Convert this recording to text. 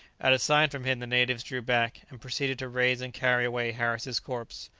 at a sign from him the natives drew back, and proceeded to raise and carry away harris's corpse.